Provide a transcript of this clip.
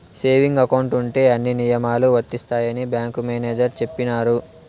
saving account ఉంటే అన్ని నియమాలు వర్తిస్తాయని బ్యాంకు మేనేజర్ చెప్పినారు